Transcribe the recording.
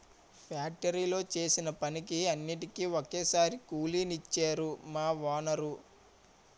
ఫ్యాక్టరీలో చేసిన పనికి అన్నిటికీ ఒక్కసారే కూలి నిచ్చేరు మా వోనరు